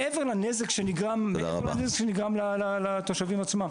מעבר לנזק שנגרם לתושבים עצמם.